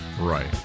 Right